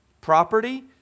property